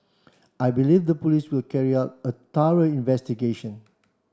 I believe the police will carry out a thorough investigation